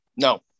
No